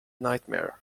nightmare